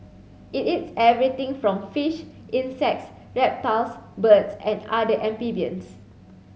it eats everything from fish insects reptiles birds and other amphibians